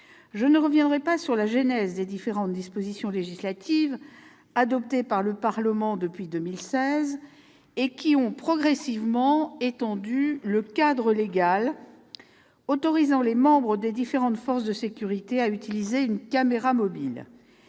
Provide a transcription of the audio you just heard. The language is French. Je ne reviendrai pas sur la genèse des différentes dispositions législatives adoptées par le Parlement depuis 2016, qui ont progressivement étendu le cadre légal autorisant les membres des différentes forces de sécurité à utiliser une caméra mobile,